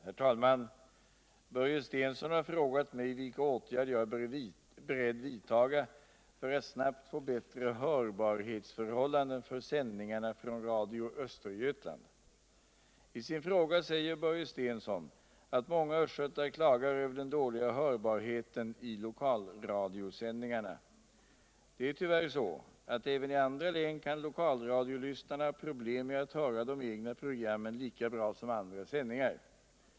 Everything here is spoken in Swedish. Herr talman! Börje Stensson har frågat mig vilka åtgärder jag ir beredd vidtaga för att snabbt få bättre hörbarhetsförhållanden för sändningarna från Radio Östergötland. I sin fråga säger Börje Stensson att många östgötar klagar över den dåliga hörbarheten i tokalradiosändningarna. Det är tyvärr så att även i andra län kan lokalradiolvssnare ha problem med att höra de egna programmen lika bra som andra sändningar.